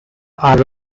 are